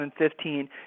2015